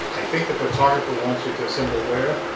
i think the photographer wants you to assemble where?